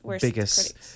biggest